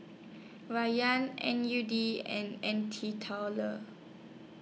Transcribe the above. N U D and N T